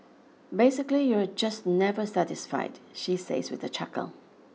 basically you're just never satisfied she says with a chuckle